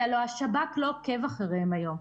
כי הלוא השב"כ לא עוקב אחריהם היום.